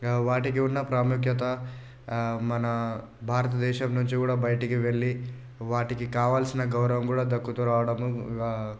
వాటికి ఉన్న ప్రాముఖ్యత మన భారతదేశం నుంచి కూడా బయటికి వెళ్ళి వాటికి కావాల్సిన గౌరవం కూడా దక్కుతూ రావడము